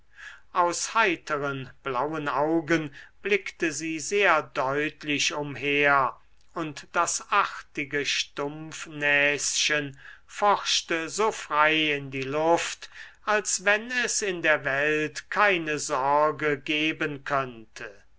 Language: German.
aus heiteren blauen augen blickte sie sehr deutlich umher und das artige stumpfnäschen forschte so frei in die luft als wenn es in der welt keine sorge geben könnte